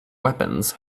weapons